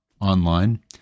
online